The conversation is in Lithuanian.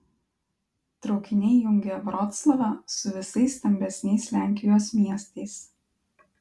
traukiniai jungia vroclavą su visais stambesniais lenkijos miestais